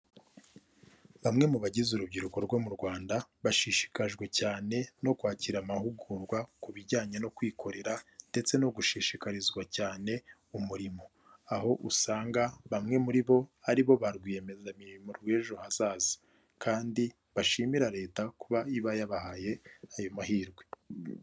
Bamwe mu bagize urubyiruko rwo mu Rwanda bashishikajwe cyane no kwakira amahugurwa ku bijyanye no kwikorera ndetse no gushishikarizwa cyane umurimo, aho usanga bamwe muri bo ari bo ba rwiyemezamirimo b'ejo hazaza, kandi bashimira leta kuba iba yabahaye ayo mahirwe.